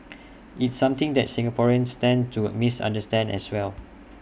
it's something that Singaporeans tend to misunderstand as well